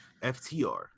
FTR